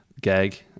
gag